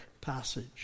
passage